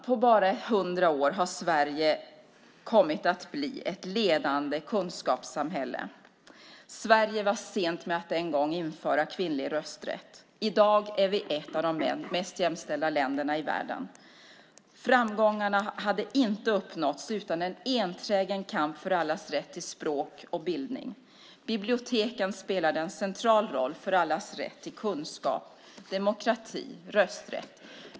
På bara hundra år har Sverige kommit att bli ett ledande kunskapssamhälle. Sverige var sent med att en gång införa kvinnlig rösträtt. I dag är vi ett av de mest jämställda länderna i världen. Dessa framgångar hade inte uppnåtts utan en enträgen kamp för allas rätt till språk och bildning. Biblioteken spelade en central roll för allas rätt till kunskap, demokrati och rösträtt.